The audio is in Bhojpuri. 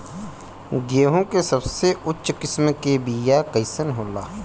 गेहूँ के सबसे उच्च किस्म के बीया कैसन होला?